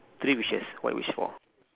three wishes what would you wish for